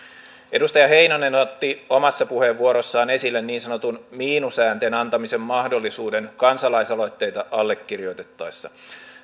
edustaja heinonen otti omassa puheenvuorossaan esille niin sanotun miinusäänten antamisen mahdollisuuden kansalaisaloitteita allekirjoitettaessa